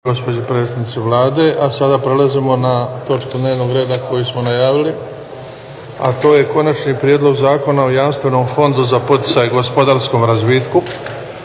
**Bebić, Luka (HDZ)** A sada prelazimo na točku dnevnog reda koju smo najavili, a to je Konačni prijedlog zakona o Jamstvenom fondu za poticaj gospodarskom razvitku,